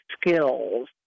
skills